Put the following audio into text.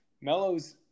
Melo's